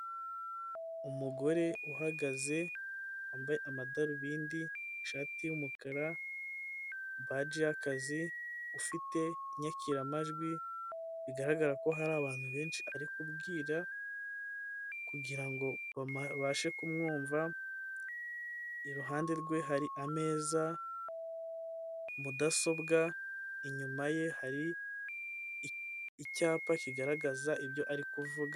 Umugore uhagaze wambaye amadarubindi, ishati y'umukara, baji y'akazi, ufite inyakiramajwi bigaragara ko hari abantu benshi ari kubwira kugira ngo babashe kumwumva. Iruhande rwe hari ameza, mudasobwa, inyuma ye hari icyapa kigaragaza ibyo ari kuvuga.